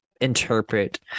interpret